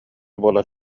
буолар